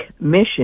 mission